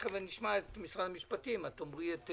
תכף נשמע את משרד המשפטים ואת תדברי.